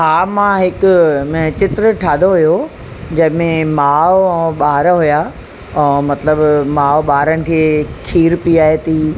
हा मां हिक में चित्र ठातो हुओ जंहिं में माउ ऐं ॿार हुआ और मतलबु माउ ॿारनि जे खीर पीआरे थी